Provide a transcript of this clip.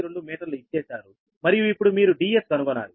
012 మీటర్లు ఇచ్చేశారు మరియు ఇప్పుడు మీరు Ds కనుగొనాలి